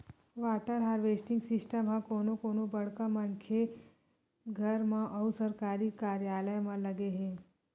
water harvesting system ह कोनो कोनो बड़का मनखे के घर म अउ सरकारी कारयालय म लगे हे